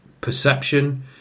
perception